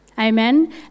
Amen